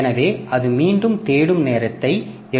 எனவே அது மீண்டும் தேடும் நேரத்தை எடுக்கும்